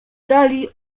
dali